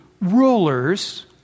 rulers